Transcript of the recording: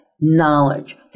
knowledge